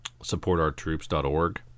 SupportOurTroops.org